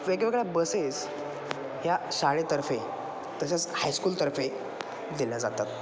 वेगवेगळ्या बसेस या शाळेतर्फे तसेच हायस्कूलतर्फे दिल्या जातात